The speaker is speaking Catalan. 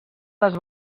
les